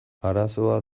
arazoa